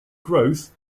growth